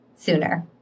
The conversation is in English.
sooner